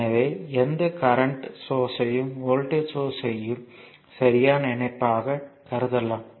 எனவே எந்த கரண்ட் சோர்ஸ்யும் வோல்ட்டேஜ் சோர்ஸ்யும் சரியான இணைப்பாக கருதலாம்